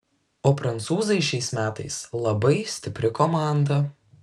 o prancūzai šiais metais labai stipri komanda